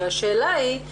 השאלה היא,